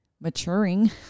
maturing